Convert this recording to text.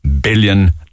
billion